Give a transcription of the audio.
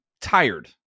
tired